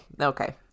Okay